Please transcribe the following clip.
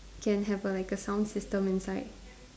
can have a like a sound system inside